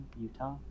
Utah